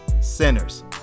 sinners